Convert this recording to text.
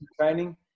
training